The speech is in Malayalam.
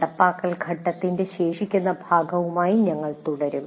നടപ്പാക്കൽ ഘട്ടത്തിന്റെ ശേഷിക്കുന്ന ഭാഗവുമായി ഞങ്ങൾ തുടരും